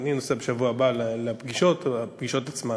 אני נוסע בשבוע הבא לפגישות עצמן.